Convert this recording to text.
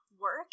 work